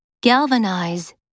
Galvanize